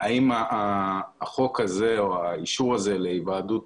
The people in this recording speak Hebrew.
אם החוק הזה או האישור הזה להיוועדות